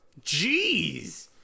Jeez